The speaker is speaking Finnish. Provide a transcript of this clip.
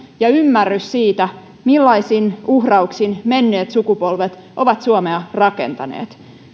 ja ymmärrys siitä millaisin uhrauksin menneet sukupolvet ovat suomea rakentaneet